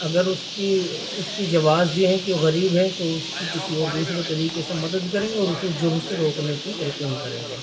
اگر اس کی اس کی جواز یہ ہے کہ وہ غریب ہے تو اس کی کسی اور دوسرے طریقے سے مدد کریں گے اور اسے جرم سے روکنے کی تلقین کریں گے